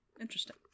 Interesting